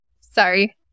Sorry